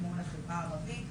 כמו לחברה הערבית,